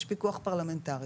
יש פיקוח פרלמנטרי,